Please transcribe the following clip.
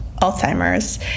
Alzheimer's